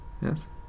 Yes